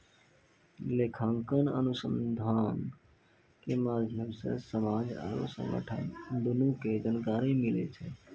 लेखांकन अनुसन्धान के माध्यम से समाज आरु संगठन दुनू के जानकारी मिलै छै